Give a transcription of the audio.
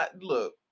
look